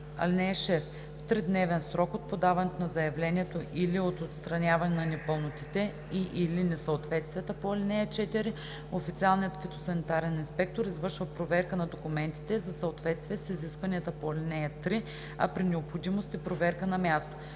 (6) В тридневен срок от подаването на заявлението или от отстраняването на непълнотите и/или несъответствията по ал. 4 официалният фитосанитарен инспектор извършва проверка на документите за съответствие с изискванията по ал. 3, а при необходимост и проверка на място.